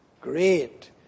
great